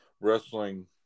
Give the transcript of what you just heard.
wrestling